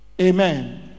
amen